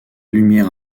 lumière